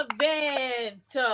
event